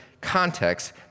context